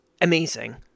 amazing